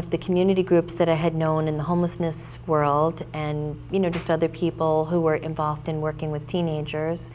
of the community groups that i had known in the homelessness world and you know just other people who were involved in working with teenagers